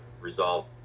resolve